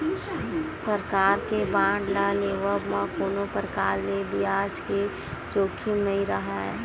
सरकार के बांड ल लेवब म कोनो परकार ले बियाज के जोखिम नइ राहय